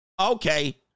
Okay